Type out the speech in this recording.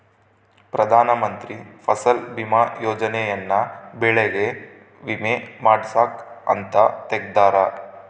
ಪ್ರಧಾನ ಮಂತ್ರಿ ಫಸಲ್ ಬಿಮಾ ಯೋಜನೆ ಯನ್ನ ಬೆಳೆಗೆ ವಿಮೆ ಮಾಡ್ಸಾಕ್ ಅಂತ ತೆಗ್ದಾರ